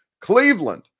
Cleveland